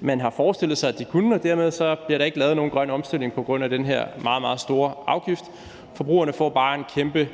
man har forestillet sig de kunne, og dermed bliver der ikke lavet nogen grøn omstilling på grund af den her meget, meget store afgift. Forbrugerne får bare en kæmpe